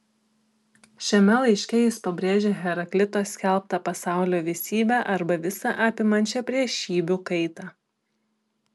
šiame laiške jis pabrėžia heraklito skelbtą pasaulio visybę arba visą apimančią priešybių kaitą